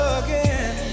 again